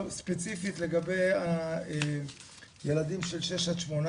עכשיו ספציפית לגבי הילדים של 6-18,